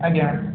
ଆଜ୍ଞା